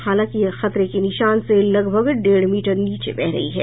हालांकि यह खतरे के निशान से लगभग डेढ़ मीटर नीचे बह रही है